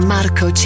Marco